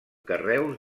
carreus